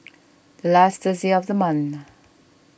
the last Thursday of the month